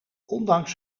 ondanks